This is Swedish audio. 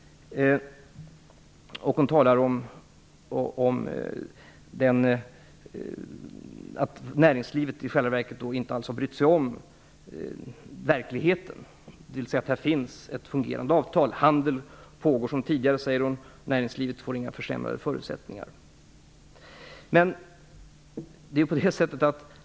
Hon talar om att näringslivet i själva verket inte alls har brytt sig om verkligheten, dvs. att det finns ett fungerande avtal. Hon säger att handeln pågår som tidigare och att näringslivet inte får försämrade förutsättningar.